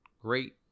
great